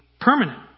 permanent